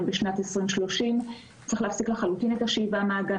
בשנת 2030 צריך להפסיק לחלוטין את השאיבה מהאגן